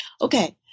Okay